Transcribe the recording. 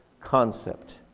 concept